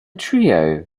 trio